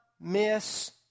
miss